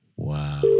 Wow